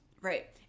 Right